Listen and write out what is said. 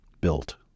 built